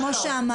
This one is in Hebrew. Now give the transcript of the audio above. אבל כמו שאמרתי,